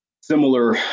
similar